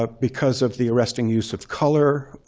ah because of the arresting use of color,